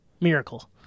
Miracle